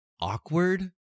awkward